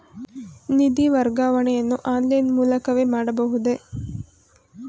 ನಿಧಿ ವರ್ಗಾವಣೆಯನ್ನು ಆನ್ಲೈನ್ ಮೂಲಕವೇ ಮಾಡಬಹುದೇ?